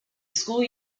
school